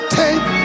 take